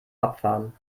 abfahren